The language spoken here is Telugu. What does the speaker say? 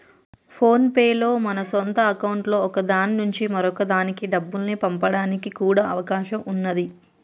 ఫోన్ పే లో మన సొంత అకౌంట్లలో ఒక దాని నుంచి మరొక దానికి డబ్బుల్ని పంపడానికి కూడా అవకాశం ఉన్నాది